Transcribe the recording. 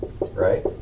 right